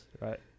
right